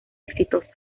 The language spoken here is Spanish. exitoso